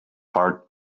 heart